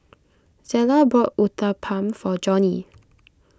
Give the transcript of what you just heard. Zela bought Uthapam for Johny